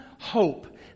hope